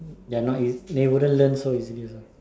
ya not if they wouldn't learn so easily also